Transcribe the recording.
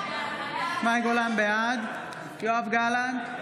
בעד יואב גלנט,